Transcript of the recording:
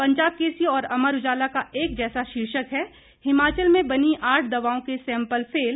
पंजाब केसरी और अमर उजाला का एक जैसा शीर्षक है हिमाचल में बनीं आठ दवाओं के सैंपल फेल